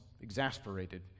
exasperated